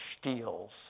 steals